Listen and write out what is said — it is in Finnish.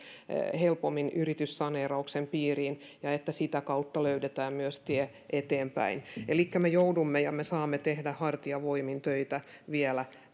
helpommin yrityssaneerauksen piiriin ja että sitä kautta löydetään myös tie eteenpäin elikkä me joudumme ja me saamme tässä tehdä hartiavoimin töitä vielä